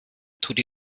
tut